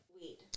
weed